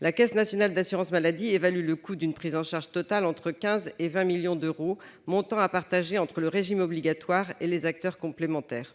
La Caisse nationale d'assurance maladie évalue le coût d'une prise en charge totale entre 15 millions et 20 millions d'euros, montant à partager entre le régime obligatoire et les acteurs complémentaires.